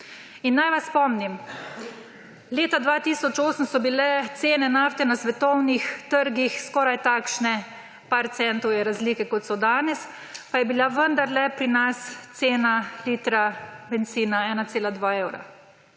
Naj vas spomnim, leta 2008 so bile cene nafte na svetovnih trgih skoraj takšne, nekaj centov je razlike, kot so danes, pa je bila vendarle pri nas cena litra bencina 1,2 evra,